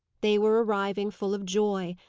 they were arriving full of joy,